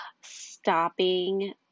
stopping